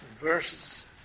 Verses